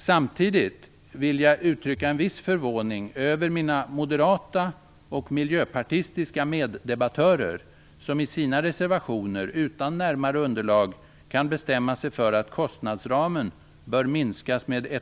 Samtidigt vill jag uttrycka en viss förvåning över mina moderata och miljöpartistiska meddebattörer som i sina reservationer utan närmare underlag kan bestämma sig för att kostnadsramen bör minskas med Herr